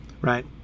right